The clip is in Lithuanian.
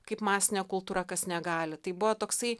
kaip masinė kultūra kas negali tai buvo toksai